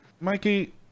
Mikey